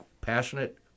passionate